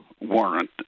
warrant